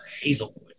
hazelwood